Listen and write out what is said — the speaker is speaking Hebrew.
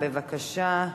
בבקשה.